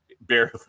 barely